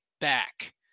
back